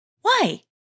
Why